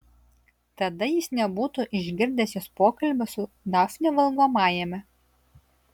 tada jis nebūtų išgirdęs jos pokalbio su dafne valgomajame